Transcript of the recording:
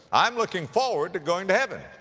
i'm looking forward to going to heaven.